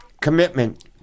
commitment